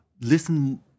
listen